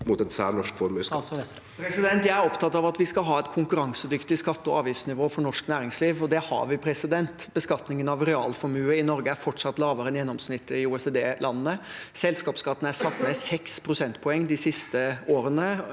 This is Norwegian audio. Jan Christian Vestre Jeg er opptatt av at vi skal ha et konkurransedyktig skatte- og avgiftsnivå for norsk næringsliv, og det har vi. Beskatningen av realformue i Norge er fortsatt lavere enn gjennomsnittet i OECD-landene. Selskapsskatten er satt ned seks prosentpoeng de siste årene.